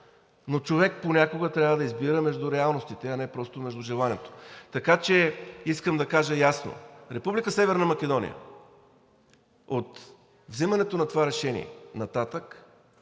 но човек понякога трябва да избира между реалностите, а не просто между желанията. Така че искам да кажа ясно: Република Северна Македония от взимането на това решение нататък